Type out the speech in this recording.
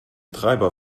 treiber